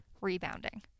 rebounding